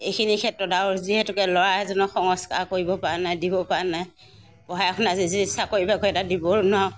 এইখিনি ক্ষেত্ৰত আৰু যিহেতুকে ল'ৰা এজনক সংস্কাৰ কৰিব পৰা নাই দিব পৰা নাই পঢ়াই শুনাই যদি চাকৰি বাকৰি এটা দিব নোৱাৰো